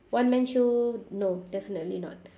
one man show no definitely not